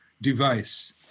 device